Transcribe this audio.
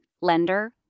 lender